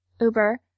Uber